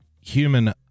human